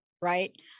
right